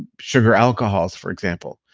sugar alcohols for example.